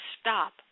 stop